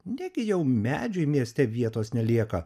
negi jau medžiui mieste vietos nelieka